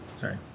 sorry